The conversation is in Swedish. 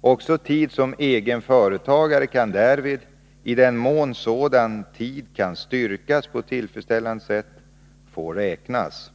Också tid som egen företagare kan därvid — i den mån sådan tid kan styrkas på ett tillfredsställande sätt — få räknas.